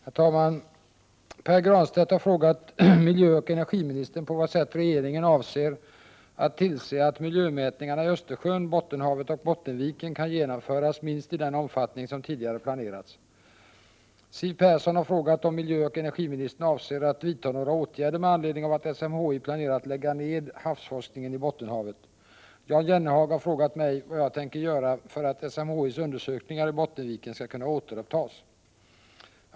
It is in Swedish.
Herr talman! Pär Granstedt har frågat miljöoch energiministern på vad sätt regeringen avser att tillse att miljömätningarna i Östersjön, Bottenhavet och Bottenviken kan genomföras minst i den omfattning som tidigare planerats. Siw Persson har frågat om miljöoch energiministern avser att vidta några åtgärder med anledning av att SMHI planerar att lägga ned havsforskningen i Bottenhavet. Jan Jennehag har frågat mig vad jag tänker göra för att SMHI:s undersökningar i Bottenviken skall kunna återupptas.